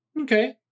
Okay